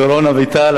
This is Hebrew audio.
דורון אביטל.